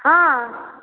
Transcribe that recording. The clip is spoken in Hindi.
हाँ